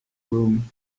room